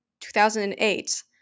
2008